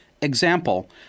example